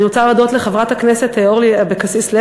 אני רוצה להודות לחברת הכנסת אורלי לוי אבקסיס,